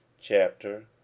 Chapter